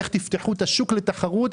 איך תפתחו את השוק לתחרות,